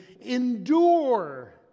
Endure